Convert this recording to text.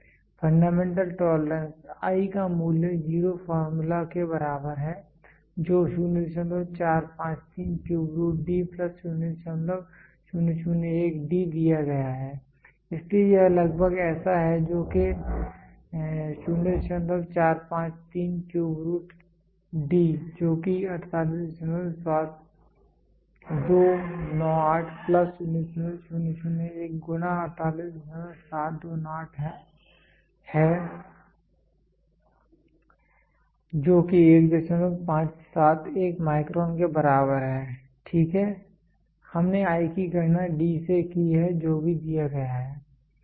fundamental tolerance i का मूल्य zero formula के बराबर है जो 0453 cube root D plus 0001 D दिया गया है इसलिए यह लगभग ऐसा है जो के 0453 क्यूब रूट D जो कि 387298 प्लस 0001 गुना 387298 है जो कि 1571 माइक्रोन के बराबर है ठीक है हमने i की गणना D से की है जो भी दिया है